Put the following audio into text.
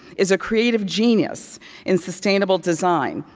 is a creative genius in sustainable design,